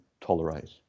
tolerate